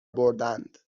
بردند